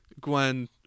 Gwen